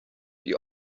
die